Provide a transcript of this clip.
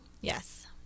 yes